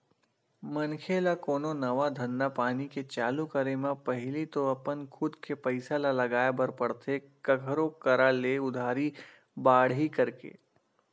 मनखे ल कोनो नवा धंधापानी के चालू करे म पहिली तो अपन खुद के पइसा ल लगाय बर परथे कखरो करा ले उधारी बाड़ही करके